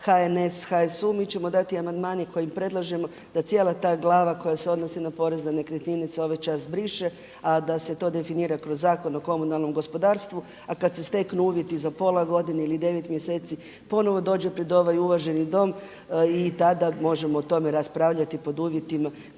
HNS-HSU mi ćemo dati amandman kojim predlažemo da cijela ta glava koja se odnosi na porez na nekretnine se ovaj čas briše, a da se to definira kroz Zakon o komunalnom gospodarstvu, a kada se steknu uvjeti za pola godine ili devet mjeseci ponovo dođe pred ovaj uvaženi Dom i tada možemo o tome raspravljati pod uvjetima